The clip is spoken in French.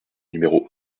numéro